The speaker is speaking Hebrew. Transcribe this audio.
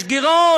יש גירעון,